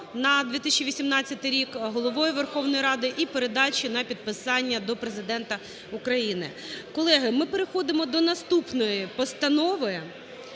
на 2018 рік Головою Верховної Ради і передачі для підписання до Президента України. Колеги, ми переходимо до наступної постанови: